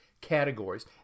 categories